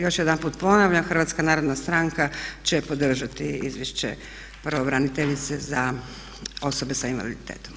Još jedanput ponavljam HNS će podržati izvješće pravobraniteljice za osobe sa invaliditetom.